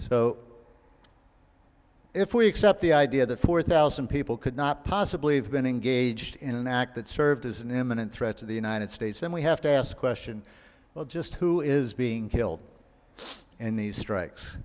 so if we accept the idea that four thousand people could not possibly have been engaged in an act that served as an imminent threat to the united states and we have to ask question well just who is being killed in these strikes